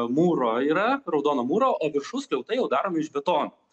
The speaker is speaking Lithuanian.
mūro yra raudono mūro o viršus skliautai jau daromi iš betono